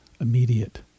immediate